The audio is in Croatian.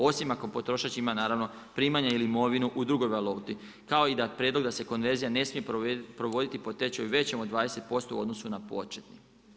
Osim ako potrošač ima primanja ili imovinu u drugoj valuti, kao i da prijedlog da se konverzija ne smije provoditi po tečaju većem od 20% u odnosu na početni.